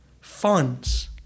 funds